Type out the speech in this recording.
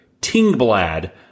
Tingblad